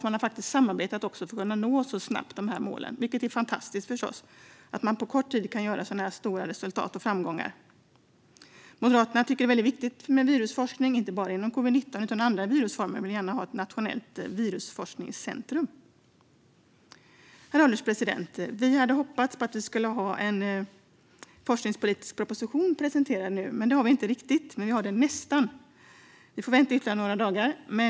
Man har också samarbetat för att kunna nå målen så här snabbt. Det är förstås fantastiskt att man på kort tid kan nå sådana här stora resultat och framgångar. Moderaterna tycker att det är väldigt viktigt med virusforskning, inte bara om covid-19 utan även om andra virusformer, och vill gärna ha ett nationellt virusforskningscentrum. Herr ålderspresident! Vi hade hoppats att den forskningspolitiska propositionen nu hade varit presenterad. Det har vi inte riktigt, men nästan - vi får vänta i ytterligare några dagar.